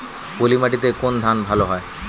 পলিমাটিতে কোন ধান ভালো হয়?